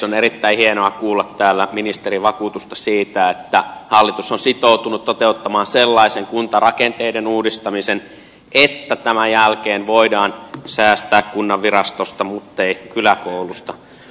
on erittäin hienoa kuulla täällä ministerin vakuutusta siitä että hallitus on sitoutunut toteuttamaan sellaisen kuntarakenteiden uudistamisen että tämän jälkeen voidaan säästää kunnanvirastosta mutta ei kyläkoulusta